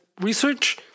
research